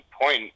point